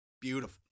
beautiful